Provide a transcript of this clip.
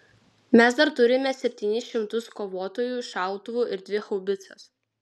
mes dar turime septynis šimtus kovotojų šautuvų ir dvi haubicas